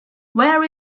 where